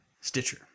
Stitcher